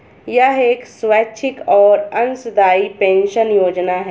यह एक स्वैच्छिक और अंशदायी पेंशन योजना है